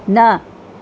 न